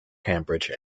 cambridge